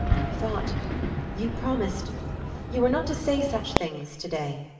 i thought you promised you were not to say such things today.